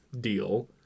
deal